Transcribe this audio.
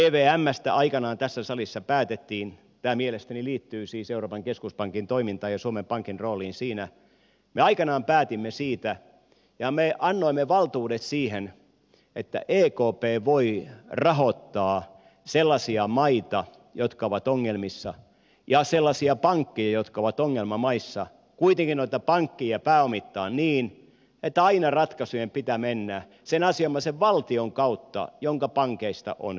evmstä aikanaan tässä salissa päätettiin tämä mielestäni liittyy siis euroopan keskuspankin toimintaan ja suomen pankin rooliin siinä ja me annoimme valtuudet siihen että ekp voi rahoittaa sellaisia maita jotka ovat ongelmissa ja sellaisia pankkeja jotka ovat ongelmamaissa kuitenkin pääomittaa noita pankkeja niin että aina ratkaisujen pitää mennä sen asianomaisen valtion kautta jonka pankeista on kysymys